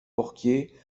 porquier